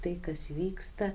tai kas vyksta